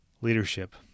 leadership